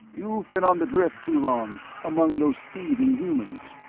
you've been on the drift too long among those thieving humans!